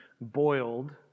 boiled